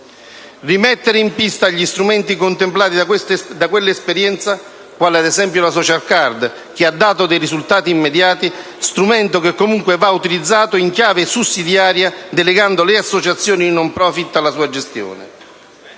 rimettere in pista gli strumenti contemplati da quell'esperienza, quale ad esempio la *social card*, che ha dato dei risultati immediati: uno strumento che comunque va utilizzato in chiave sussidiaria delegando le associazioni *non profit* alla sua gestione.